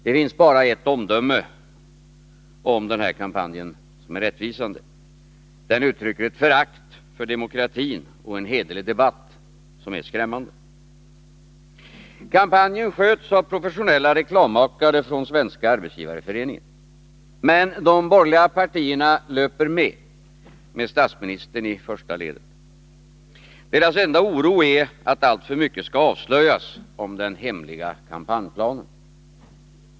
Det finns bara ett omdöme om kampanjen som är rättvisande: Den uttrycker ett skrämmande förakt för demokratin och för en hederlig debatt. Kampanjen sköts av professionella reklammakare från Svenska arbetsgivareföreningen. Men de borgerliga partierna löper med, med statsministern i första ledet. Deras enda oro är att alltför mycket skall avslöjas om den hemliga kampanjplanen.